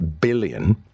billion